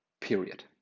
Period